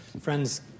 friend's